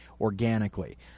organically